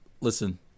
Listen